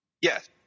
yes